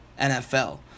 nfl